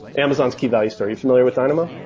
amazon's keyvalue store. are you familiar with dynamo?